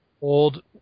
old